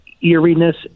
eeriness